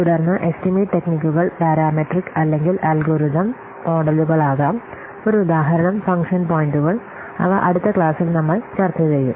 തുടർന്ന് എസ്റ്റിമേറ്റ് ടെക്നിക്കുകൾ പാരാമെട്രിക് അല്ലെങ്കിൽ അൽഗോരിതം മോഡലുകളാകാം ഒരു ഉദാഹരണം ഫംഗ്ഷൻ പോയിന്റുകൾ അവ അടുത്ത ക്ലാസിൽ നമ്മൾ ചർച്ച ചെയ്യും